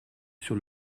sur